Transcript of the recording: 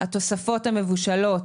התוספות המבושלות